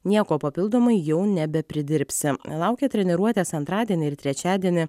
nieko papildomai jau nebepridirbsi laukia treniruotės antradienį ir trečiadienį